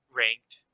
ranked